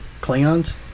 Klingons